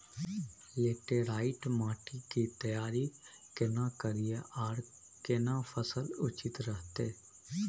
Laterite माटी की तैयारी केना करिए आर केना फसल उचित रहते?